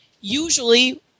usually